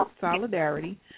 Solidarity